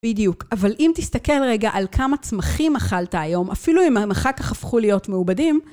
בדיוק, אבל אם תסתכל רגע על כמה צמחים אכלת היום, אפילו אם הם אחר כך הפכו להיות מעובדים...